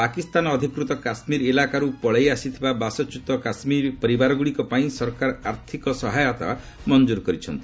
ପାକିସ୍ତାନ ଅଧିକୃତ କାଶ୍କୀର ଇଲାକାରୁ ପଳାଇ ଆସିଥିବା ବାସଚ୍ୟୁତ କାଶ୍ରୀର ପରିବାରଗ୍ରଡିକ ପାଇଁ ସରକାର ଆର୍ଥକ ସହାୟତା ମଞ୍ଜର କରିଚ୍ଛନ୍ତି